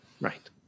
Right